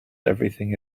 everything